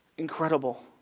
incredible